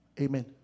Amen